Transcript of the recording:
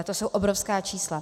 To jsou obrovská čísla.